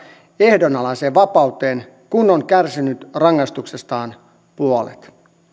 ehdonalaiseen vapauteen kun on kärsinyt rangaistuksestaan puolet